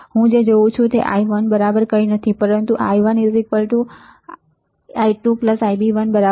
હું જે જોઉં છું તે I1 બરાબર કંઈ નથી પરંતુ I1I2Ib1 બરાબર છે